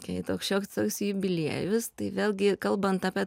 kai toks šioks toks jubiliejus tai vėlgi kalbant apie